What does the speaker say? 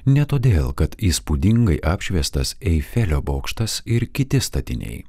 ne todėl kad įspūdingai apšviestas eifelio bokštas ir kiti statiniai